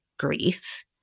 grief